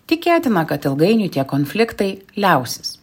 tikėtina kad ilgainiui tie konfliktai liausis